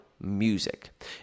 music